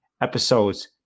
episodes